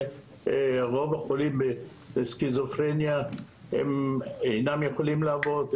ורוב החולים בסכיזופרניה לא יכולים לעבוד.